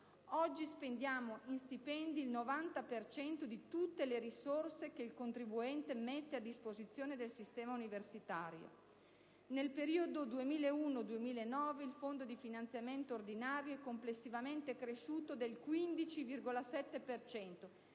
Oggi spendiamo in stipendi il 90 per cento: di tutte le risorse che il contribuente mette a disposizione del sistema universitario. Nel periodo 2001-2009 il Fondo di finanziamento ordinario è complessivamente cresciuto del 15,7